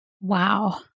Wow